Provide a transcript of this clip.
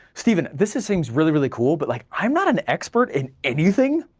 stephen this just seems really, really cool but like, i'm not an expert in anything,